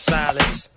silence